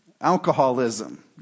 alcoholism